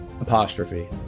apostrophe